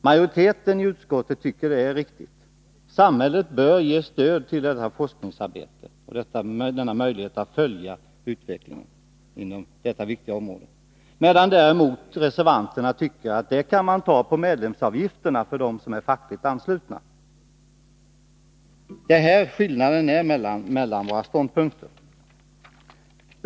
Majoriteten anser att samhället bör ge stöd till detta forskningsarbete, medan reservanterna tycker att man kan ta medel till detta via medlemsavgifterna för dem som är fackligt anslutna. Det är här skillnaden ligger mellan våra ståndpunkter.